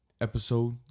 episode